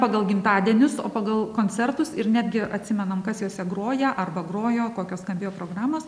pagal gimtadienius o pagal koncertus ir netgi atsimenam kas juose groja arba grojo kokios skambėjo programos